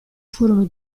furono